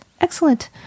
Excellent